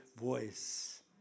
voice